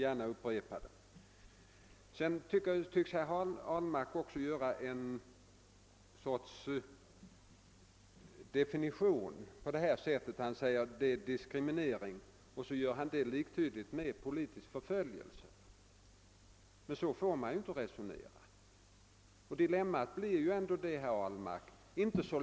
Herr Ahlmark tycks också göra en glidning från att först vilja säga att det är fråga om diskriminering till att sedan likställa detta med politisk förföljelse. Så får man emellertid inte resonera.